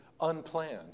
unplanned